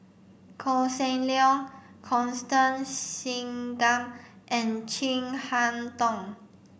Koh Seng Leong Constance Singam and Chin Harn Tong